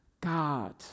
God